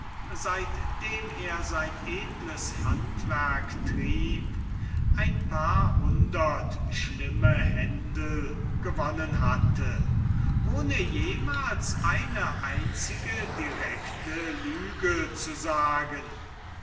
seitdem er sein edles handwerk trieb ein paar hundert schlimme händel gewonnen hatte ohne jemals eine einzige directe lüge zu sagen